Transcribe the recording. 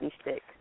stick